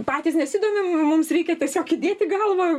patys nesidomim mums reikia tiesiog įdėt į galvą